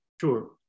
Sure